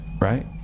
Right